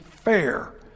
Fair